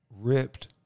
ripped